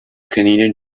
canadian